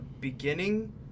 beginning